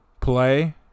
play